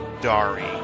Dari